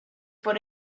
por